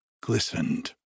glistened